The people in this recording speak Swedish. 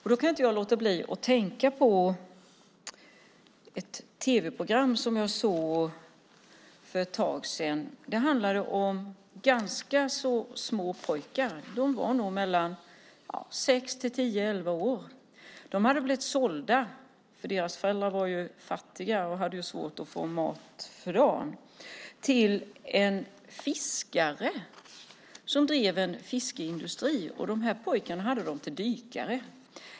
Då kan jag inte låta bli att tänka på ett tv-program som jag såg för ett tag sedan. Det handlade om ganska små pojkar. De var nog mellan sex och elva år. De hade blivit sålda - deras föräldrar var fattiga och hade svårt att få mat för dagen - till en fiskare, som drev en fiskeindustri. De här pojkarna hade de som dykare.